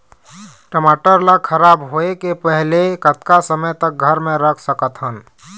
टमाटर ला खराब होय के पहले कतका समय तक घर मे रख सकत हन?